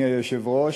אדוני היושב-ראש,